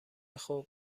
خوب